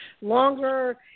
longer